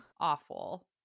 awful